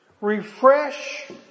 Refresh